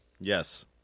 Yes